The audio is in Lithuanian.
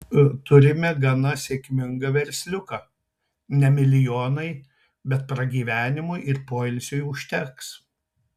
turime gana sėkmingą versliuką ne milijonai bet pragyvenimui ir poilsiui užteks